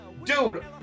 Dude